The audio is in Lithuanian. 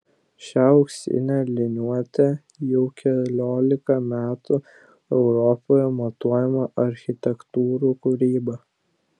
šia auksine liniuote jau keliolika metų europoje matuojama architektų kūryba